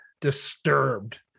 disturbed